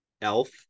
elf